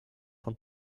von